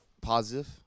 positive